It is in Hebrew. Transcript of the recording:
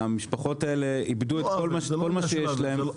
המשפחות האלה איבדו את כל מה שיש להם.